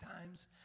times